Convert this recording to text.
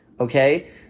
Okay